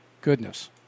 goodness